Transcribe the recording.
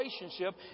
relationship